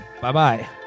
bye-bye